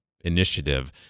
initiative